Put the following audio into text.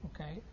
Okay